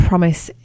Promise